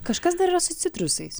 kažkas dar yra su citrusais